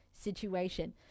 situation